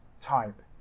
type